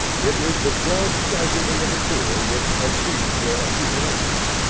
it is the joint treasury of the poor which exceeds their accumulations.